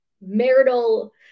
marital